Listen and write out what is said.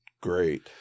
great